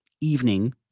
evening